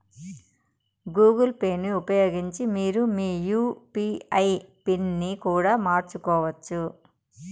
Google పేని ఉపయోగించి మీరు మీ యూ.పీ.ఐ పిన్ ని కూడా మార్చుకోవచ్చు